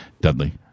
dudley